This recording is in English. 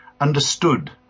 understood